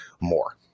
more